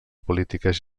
polítiques